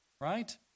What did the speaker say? right